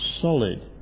solid